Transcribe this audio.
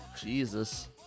Jesus